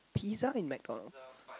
pizza in McDonald